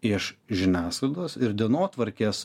iš žiniasklaidos ir dienotvarkės